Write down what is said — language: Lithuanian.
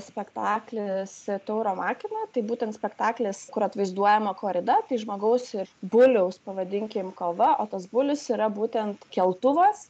spektaklistauro makima tai būtent spektaklis kur atvaizduojama korida tai žmogaus ir buliaus pavadinkim kova o tas bulius yra būtent keltuvas